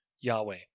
Yahweh